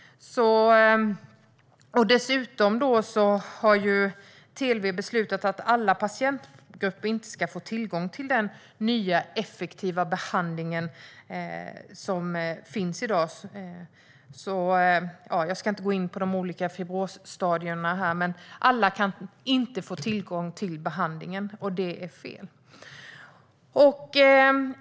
Dessutom har TLV beslutat att alla patientgrupper inte ska få tillgång till den nya, effektiva behandling som finns i dag. Jag ska inte gå in på de olika fibrosstadierna, men alla kan alltså inte få tillgång till behandlingen. Det är fel.